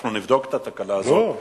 אנחנו נבדוק את התקלה הזו,